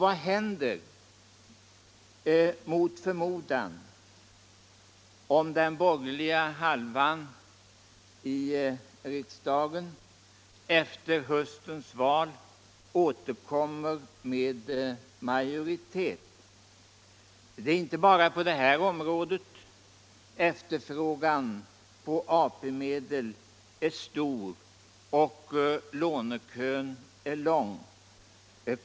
Vad händer om, mot förmodan, den borgerliga halvan i riksdagen efter höstens val återkommer med majoritet? Det är inte bara på detta område efterfrågan på AP-medel är stor och lånekön lång.